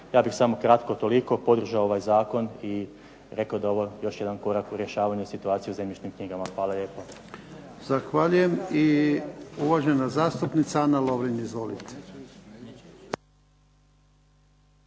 Ja bih samo kratko toliko podržao ovaj zakon i rekao da je ovo još jedan korak u rješavanju situacije u zemljišnim knjigama. Hvala lijepo. **Jarnjak, Ivan (HDZ)** Zahvaljujem. I uvažena zastupnica, Ana Lovrin. Izvolite.